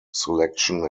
selection